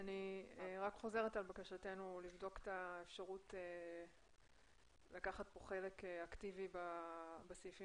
אני רק חוזרת על בקשתנו לבדוק את האפשרות לקחת כאן חלק אקטיבי בסעיפים